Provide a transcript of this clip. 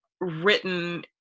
written